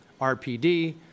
RPD